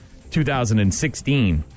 2016